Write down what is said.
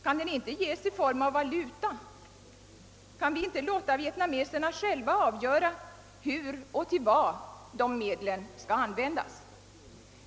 Kan den inte ges i form av valuta? Kan vi inte låta vietnameserna själva avgöra hur och till vad medlen skall användas?